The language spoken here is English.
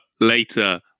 later